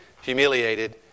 Humiliated